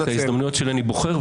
את ההזדמנות שלי אני בוחר,